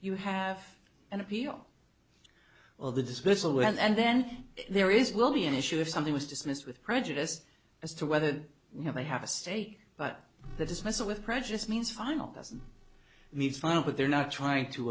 you have an appeal well the dismissal will and then there is will be an issue if something was dismissed with prejudice as to whether you know they have a say but the dismissal with prejudice means final means final but they're not trying to